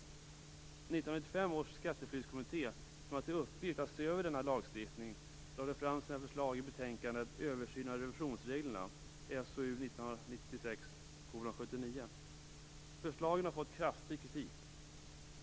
1995 års skatteflyktskommitté, som hade till uppgift att se över denna lagstiftning, lade fram sina förslag i betänkandet Översyn av revisionsreglerna, SOU 1996:79. Förslagen har fått kraftig kritik.